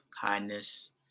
kindness